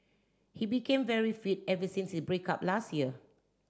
he became very fit ever since his break up last year